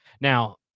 now